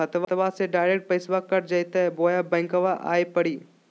खाताबा से डायरेक्ट पैसबा कट जयते बोया बंकबा आए परी?